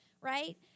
right